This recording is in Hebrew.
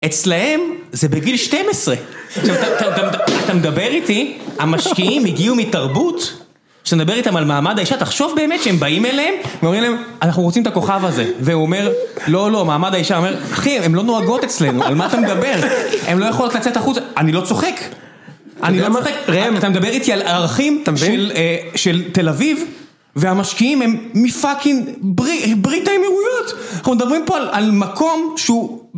אצלהם זה בגיל 12, אתה מדבר איתי, המשקיעים הגיעו מתרבות שכשאתה מדבר איתם על מעמד האישה, תחשוב באמת שהם באים אליהם ואומרים להם אנחנו רוצים את הכוכב הזה והוא אומר לא לא, מעמד האישה. אחי, הן לא נוהגות אצלנו, על מה אתה מדבר? הן לא יכולות לצאת החוצה, אני לא צוחק, אתה מדבר איתי על הערכים של תל אביב והמשקיעים הם מפאקינג ברי- ברית האמירויות! אנחנו מדברים פה על מקום שהוא